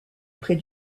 près